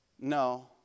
No